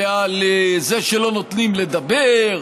ועל זה שלא נותנים לדבר,